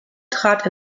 trat